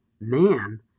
man